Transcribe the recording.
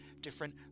different